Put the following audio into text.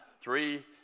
three